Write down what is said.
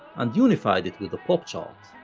and unified it with the pop chart.